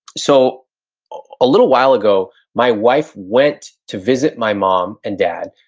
so a little while ago, my wife went to visit my mom and dad,